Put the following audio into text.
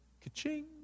ka-ching